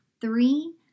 three